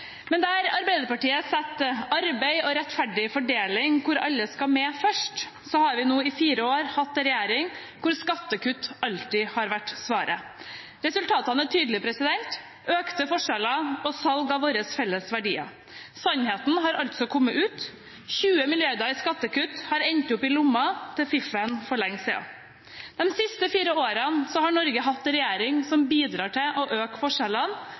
Men der Arbeiderpartiet setter arbeid og rettferdig fordeling, hvor alle skal med, først, har vi nå i fire år hatt en regjering hvor skattekutt alltid har vært svaret. Resultatene er tydelige: økte forskjeller og salg av våre felles verdier. Sannheten har altså kommet ut: 20 mrd. kr i skattekutt har endt opp i lommene til fiffen for lenge siden. De siste fire årene har Norge hatt en regjering som bidrar til å øke forskjellene